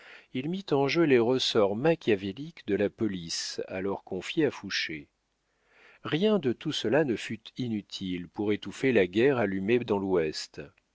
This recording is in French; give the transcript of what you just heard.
il mit en jeu les ressorts machiavéliques de la police alors confiée à fouché rien de tout cela ne fut inutile pour étouffer la guerre allumée dans l'ouest